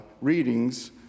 readings